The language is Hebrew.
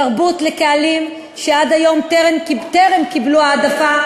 תרבות לקהלים שעד היום טרם קיבלו העדפה,